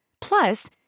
Plus